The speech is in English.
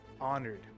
honored